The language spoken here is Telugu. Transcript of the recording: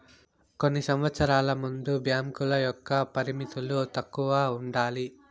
కొన్ని సంవచ్చరాలకు ముందు బ్యాంకుల యొక్క పరిమితులు తక్కువ ఉండాలి